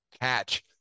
catch